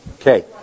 Okay